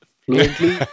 fluently